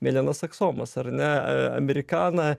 mėlynas aksomas ar ne amerikana